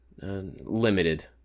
Limited